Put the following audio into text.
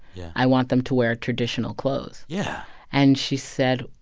yeah. i want them to wear traditional clothes yeah and she said,